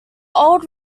old